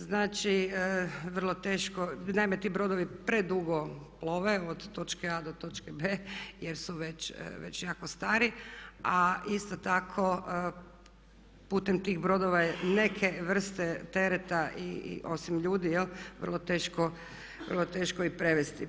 Znači vrlo teško, naime ti brodovi predugo plove od točke A do to točke B jer su već jako stari, a isto tako putem tih brodova je neke vrste tereta osim ljudi vrlo teško i prevesti.